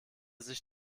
sich